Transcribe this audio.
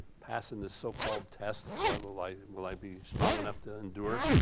passing this so-called test global life will i be strong enough to endure?